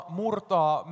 murtaa